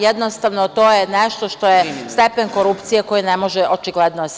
Jednostavno to je nešto što je stepen korupcije koji ne može očigledno da se iskoristi.